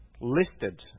listed